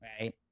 right